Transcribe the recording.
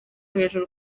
hejuru